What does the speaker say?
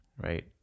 right